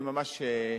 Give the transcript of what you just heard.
אני ממש,